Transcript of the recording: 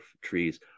trees